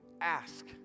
Ask